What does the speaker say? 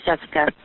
Jessica